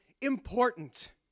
important